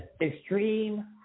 extreme